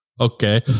Okay